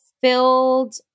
filled